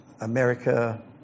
America